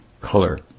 color